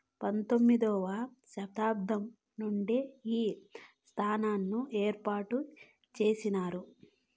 పంతొమ్మిది వ శతాబ్దం నుండే ఈ సంస్థను ఏర్పాటు చేసినారు